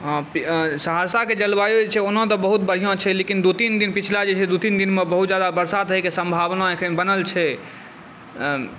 सहरसाके जे जलवायु छै ओनातऽ बहुत बढ़िआँ छै लेकिन दुइ तीन दिन पछिला जे दुइ तीन दिनमे बहुत ज्यादा बरसात होइके सम्भावना एखन बनल छै